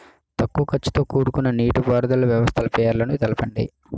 తక్కువ ఖర్చుతో కూడుకున్న నీటిపారుదల వ్యవస్థల పేర్లను తెలపండి?